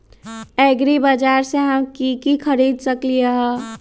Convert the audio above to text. एग्रीबाजार से हम की की खरीद सकलियै ह?